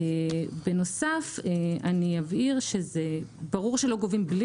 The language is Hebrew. בנוסף אני אבהיר שזה ברור שלא גובים בלי